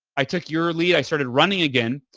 i took yearly. i started running again,